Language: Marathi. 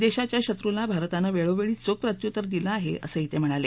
देशाच्या शत्रूला भारतानं वेळोवळी चोख प्रत्युत्तर दिलं आहे असंही ते म्हणाले